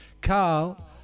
Carl